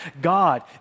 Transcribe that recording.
God